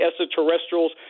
extraterrestrials